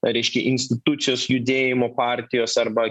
kariškiai institucijos judėjimo partijos arba